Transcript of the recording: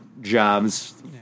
jobs